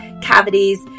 cavities